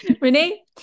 Renee